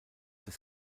des